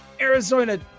arizona